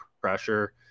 pressure